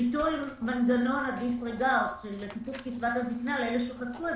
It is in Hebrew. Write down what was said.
ביטול מנגנון הדיסרגארד של קיצוץ קצבת הזקנה לאלה שחצו את